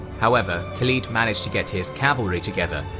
however, khalid managed to get his cavalry together,